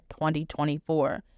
2024